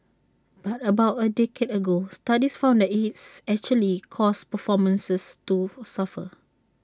but about A decade ago studies found that it's actually caused performances to suffer